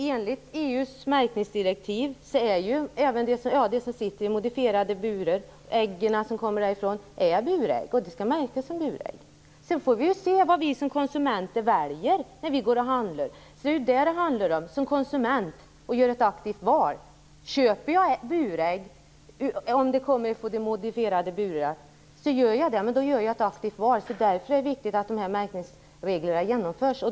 Enligt EU:s märkningsdirektiv är de ägg som kommer från höns som sitter i modifierade burar burägg och skall märkas som burägg. Sedan får vi ser vad vi som konsumenter väljer när vi går att handlar. Det gäller att som konsument göra ett aktivt val. Köper jag burägg som kommer från produktion i modifierade burar gör jag det, men då gör jag ett aktivt val. Därför är det viktigt att märkningsreglerna genomförs.